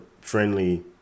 friendly